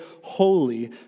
holy